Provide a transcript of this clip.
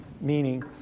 Meaning